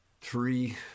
three